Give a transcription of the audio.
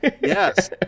Yes